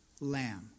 Lamb